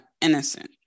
innocent